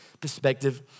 perspective